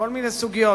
כל מיני סוגיות.